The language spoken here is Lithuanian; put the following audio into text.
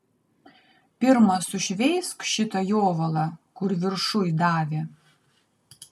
pirma sušveisk šitą jovalą kur viršuj davė